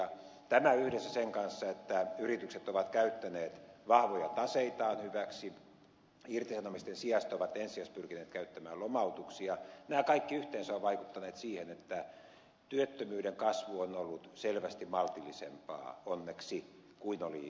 tämä yhdessä sen kanssa että yritykset ovat käyttäneet vahvoja taseitaan hyväksi irtisanomisten sijasta ovat ensisijaisesti pyrkineet käyttämään lomautuksia nämä kaikki yhteensä ovat vaikuttaneet siihen että työttömyyden kasvu on ollut selvästi maltillisempaa onneksi kuin oli pelättävissä